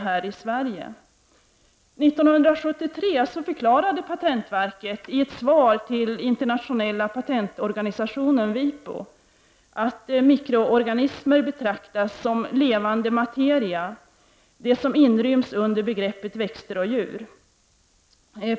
År 1973 förklarade patentverket i ett svar till internationella patentorganisationen, WIPO, att mikroorganismer betraktas som levande materia, dvs. det som inryms under begreppet växter och djur.